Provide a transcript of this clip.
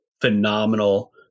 phenomenal